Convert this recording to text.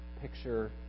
Picture